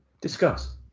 Discuss